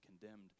condemned